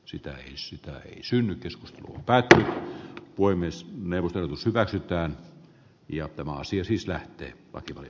sitä ennen sm synnytys kai voi myös neuvotellut hyväksytään ja tämä asia näillä pienillä täsmennyksillä